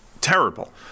terrible